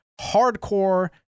hardcore